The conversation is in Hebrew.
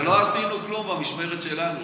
ולא עשינו כלום במשמרת שלנו,